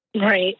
right